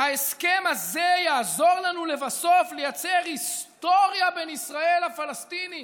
ההסכם הזה יעזור לנו לבסוף לייצר היסטוריה בין ישראל לפלסטינים.